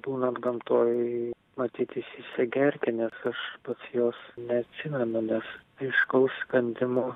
būnant gamtoj matyt įsisegė erkė nes aš pats jos neatsimenu nes aiškaus įkandimo